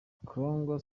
karangwa